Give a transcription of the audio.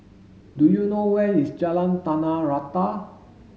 do you know where is Jalan Tanah Rata